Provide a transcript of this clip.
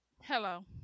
Hello